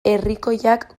herrikoiak